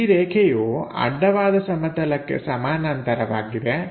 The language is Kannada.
ಈ ರೇಖೆಯು ಅಡ್ಡವಾದ ಸಮತಲಕ್ಕೆ ಸಮಾನಾಂತರವಾಗಿದೆ